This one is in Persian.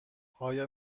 آیا